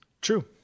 True